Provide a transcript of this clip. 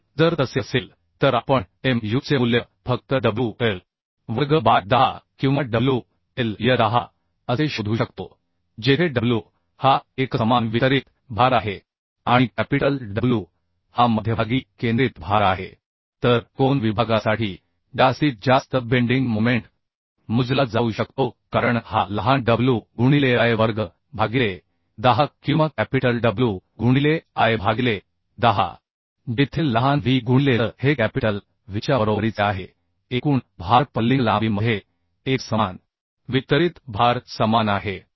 तर जर तसे असेल तर आपणmuचे मूल्य फक्त wl वर्ग बाय 10 किंवा wl बाय 10 असे शोधू शकतो जेथे w हा एकसमान वितरित भार आहे आणि कॅपिटल W हा मध्यभागी केंद्रित भार आहे तर कोन विभागासाठी जास्तीत जास्त बेंडिंग मोमेंट मोजला जाऊ शकतो कारण हा लहान w गुणिले l वर्ग भागिले 10 किंवा कॅपिटल W गुणिले l भागिले 10 जेथे लहान w गुणिले l हे कॅपिटल Wच्या बरोबरीचे आहे एकूण भार पर्लिंग लांबीमध्ये एकसमान वितरित भार समान आहे